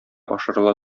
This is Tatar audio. ашырыла